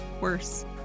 worse